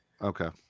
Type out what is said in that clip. Okay